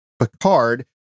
Picard